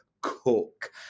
cook